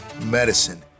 medicine